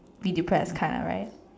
be depressed kinda right